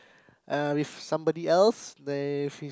uh with somebody else that is